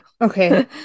Okay